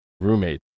roommate